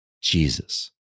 Jesus